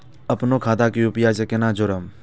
अपनो खाता के यू.पी.आई से केना जोरम?